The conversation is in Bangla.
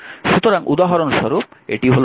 সুতরাং উদাহরণস্বরূপ এটি হল